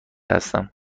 هستم